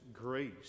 grace